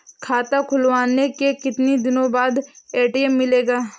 खाता खुलवाने के कितनी दिनो बाद ए.टी.एम मिलेगा?